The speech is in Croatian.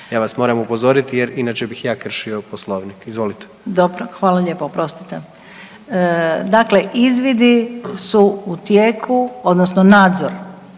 Ja vas moram upozoriti jer inače bih ja kršio Poslovnik. Izvolite. **Hrvoj-Šipek, Zlata** Dobro. Hvala lijepo. Oprostite. Dakle izvidi su u tijeku, odnosno nadzor